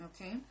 Okay